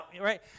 right